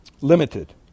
limited